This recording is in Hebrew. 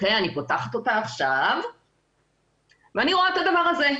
אני פותחת אותה עכשיו ואני רואה את הדבר הזה.